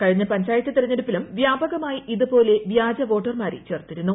കഴിഞ്ഞ പഞ്ചായത്ത് തിരഞ്ഞെടുപ്പിലും വ്യാപകമായി ഇതുപോലെ വ്യാജവോട്ടർമാരെ ചേർത്തിരുന്നു